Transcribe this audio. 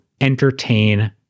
entertain